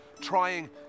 trying